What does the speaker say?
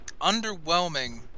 underwhelming